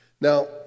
Now